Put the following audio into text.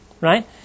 right